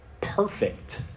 perfect